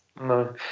No